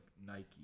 Nike